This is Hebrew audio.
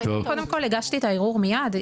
קודם כול, הגשתי את הערעור מיד.